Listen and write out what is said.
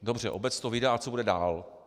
Dobře, obec to vydá a co bude dál?